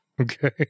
Okay